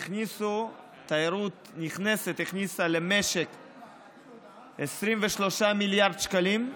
התיירות הנכנסת הכניסה למשק 23 מיליארד שקלים,